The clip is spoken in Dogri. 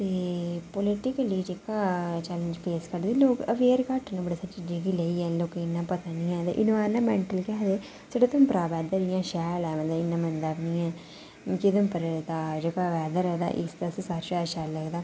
ते पलिटिकी जेह्ड़ा चैलेंज फेस करदे लोग अवेयर घट्ट न बड़ी सारी चीजें गी लेइयै ते लोकें गी इन्ना पता नेईं ऐ ते इन्बाईरनमैंटल केह् आखदे साढ़े उधमपूरा दा वैदर इयां शैल ऐ मतलब इन्ना गंदा बी निं ऐ क्योंकि उधमपुरै दा जेह्का वैदर ऐ सारें शा जा शैल लगदा